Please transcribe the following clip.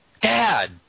Dad